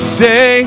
say